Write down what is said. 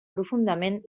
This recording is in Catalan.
profundament